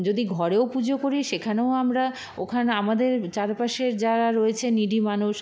যদি ঘরেও পুজো করি সেখানেও আমরা ওখানে আমাদের চারপাশের যারা রয়েছে নিডি মানুষ